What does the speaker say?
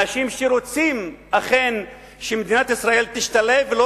אנשים שרוצים אכן שמדינת ישראל תשתלב ולא